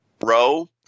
row